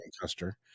Custer